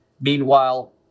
Meanwhile